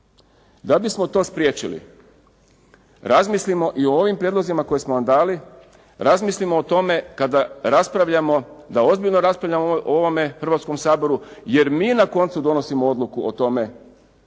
Da bismo to spriječili, razmislimo i o ovim prijedlozima koje smo vam dali, razmislimo o tome kada raspravljamo da ozbiljno raspravljamo o ovome u Hrvatskom saboru, jer mi na koncu donosimo odluku o tome